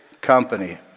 Company